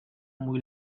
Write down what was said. muy